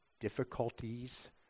difficulties